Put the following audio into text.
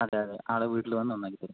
അതെ അതെ ആള് വീട്ടില് വന്ന് നന്നാക്കി തരും